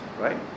right